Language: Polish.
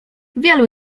wielu